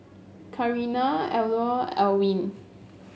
Karina Elnora Ewin